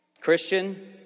Christian